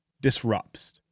disrupts